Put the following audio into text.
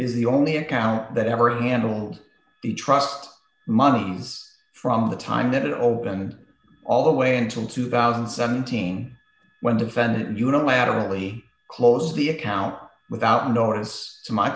is the only account that ever handled the trust monies from the time it opened d all the way until two thousand and seventeen when defendant unilaterally closed the account without notice